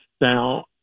Now